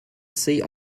sea